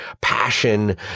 passion